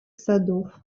садов